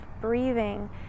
breathing